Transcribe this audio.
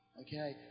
Okay